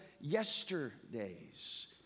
yesterdays